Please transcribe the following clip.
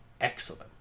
excellent